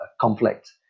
conflict